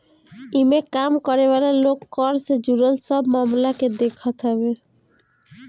इमें काम करे वाला लोग कर से जुड़ल सब मामला के देखत हवे